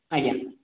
ଆଜ୍ଞା